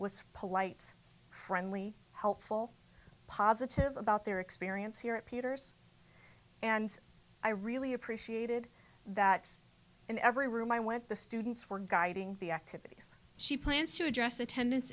was polite friendly helpful positive about their experience here at peter's and i really appreciated that in every room i went the students were guiding the activities she plans to address attendance